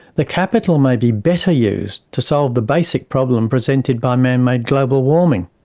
the capital may be better used to solve the basic problem presented by man-made global warming,